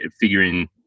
figuring